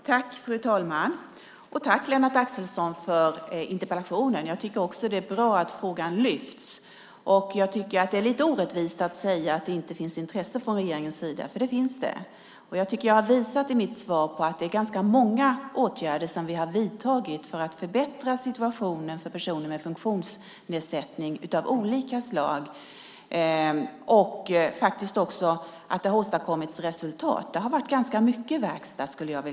Fru talman! Tack, Lennart Axelsson, för interpellationen! Jag tycker också att det är bra att frågan lyfts upp. Det är lite orättvist att säga att det inte finns intresse från regeringens sida - det finns. Jag tycker att jag visade i mitt svar att vi har vidtagit många åtgärder för att förbättra situationen för personer med funktionsnedsättning av olika slag. Det har faktiskt åstadkommits resultat, och det har varit mycket verkstad.